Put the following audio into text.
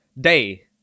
day